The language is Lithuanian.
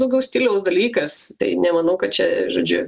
daugiau stiliaus dalykas tai nemanau kad čia žodžiu